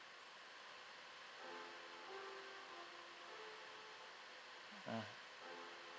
mm